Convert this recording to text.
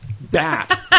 bat